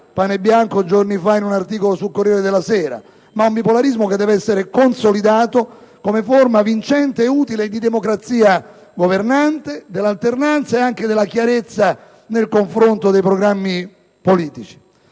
Panebianco giorni fa in un articolo sul «Corriere della Sera», ma un bipolarismo che deve essere consolidato come forma vincente e utile di democrazia governante dell'alternanza e anche della chiarezza nel confronto dei programmi politici.